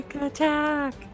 attack